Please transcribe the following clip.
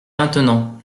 maintenant